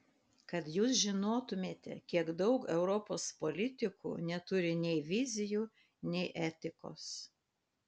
kad jūs žinotumėte kiek daug europos politikų neturi nei vizijų nei etikos